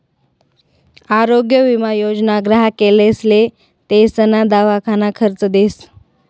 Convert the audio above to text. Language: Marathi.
आरोग्य विमा योजना ग्राहकेसले तेसना दवाखाना खर्च देस